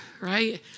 right